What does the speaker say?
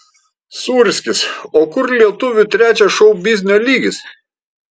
sūrskis o kur lietuvių trečias šou biznio lygis